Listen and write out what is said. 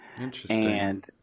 Interesting